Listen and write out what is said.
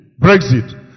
Brexit